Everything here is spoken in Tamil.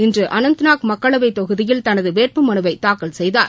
இன்று அனந்த்நாக் மக்களவைத் தொகுதியில் தனது வேட்புமனுவைத் தாக்கல் செய்தார்